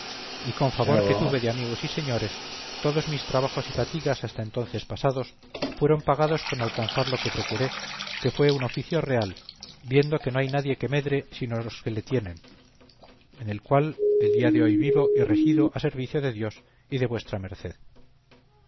y con favor que tuve de amigos y señores todos mis trabajos y fatigas hasta entonces pasados fueron pagados con alcanzar lo que procuré que fue un oficio real viendo que no hay nadie que medre sino los que le tienen en el cual el día de hoy vivo y resido a servicio de dios y de vuestra merced